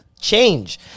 Change